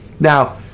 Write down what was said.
Now